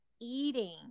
eating